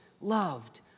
loved